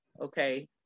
Okay